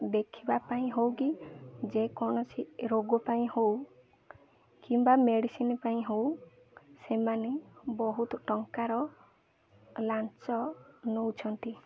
ଦେଖିବା ପାଇଁ ହଉ କିି ଯେକୌଣସି ରୋଗ ପାଇଁ ହଉ କିମ୍ବା ମେଡ଼ିସିନ୍ ପାଇଁ ହଉ ସେମାନେ ବହୁତ ଟଙ୍କାର ଲାଞ୍ଚ ନେଉଛନ୍ତି